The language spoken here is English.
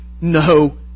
no